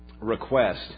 request